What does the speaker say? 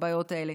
הבעיות האלה.